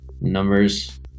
numbers